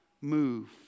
move